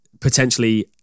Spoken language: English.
potentially